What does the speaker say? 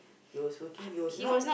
he was working he was not